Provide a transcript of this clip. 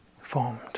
formed